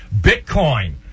bitcoin